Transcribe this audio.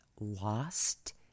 lost